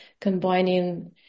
combining